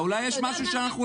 השאלה